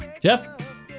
Jeff